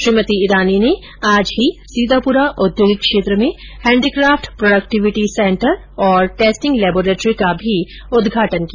श्रीमती ईरानी ने सीतापुरा औद्योगिक क्षेत्र में हेंडीकाफ्ट प्रोडक्टिविटी सेंटर और टेस्टिंग लेबोरेट्री का भी उदघाटन किया